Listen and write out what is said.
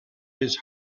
his